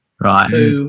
Right